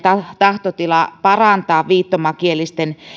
tahtotila parantaa viittomakielisten